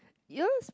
you always